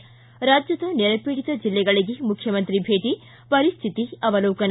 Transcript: ು ರಾಜ್ಯದ ನೆರೆಪೀಡಿತ ಜಿಲ್ಲೆಗಳಿಗೆ ಮುಖ್ಯಮಂತ್ರಿ ಭೇಟಿ ಪರಿಸ್ತಿತಿ ಅವಲೋಕನ